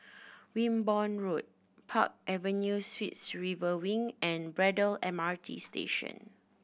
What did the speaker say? Wimborne Road Park Avenue Suites River Wing and Braddell M R T Station